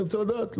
אני רוצה לדעת,